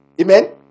Amen